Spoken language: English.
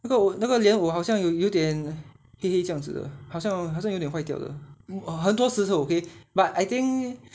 那个莲藕好像有点黑这样子好像有点坏掉了很多石头 okay but I think